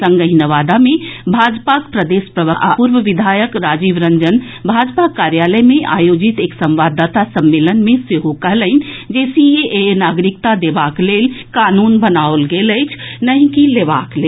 संगहि नवादा मे भाजपाक प्रदेश प्रवक्ता आ पूर्व विधायक राजीव रंजन भाजपा कार्यालय मे आयोजित एक संवाददाता सम्मेलन मे सेहो कहलनि जे सीएए नागरिकता देबाक लेल कानून बनाओल गेल अछि नहि कि लेबाक लेल